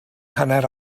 hanner